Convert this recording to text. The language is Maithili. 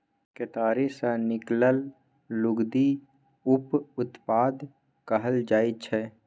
केतारी सँ निकलल लुगदी उप उत्पाद कहल जाइ छै